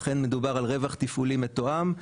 לכן מדובר על רווח תפעולי מתואם,